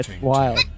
wild